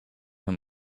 him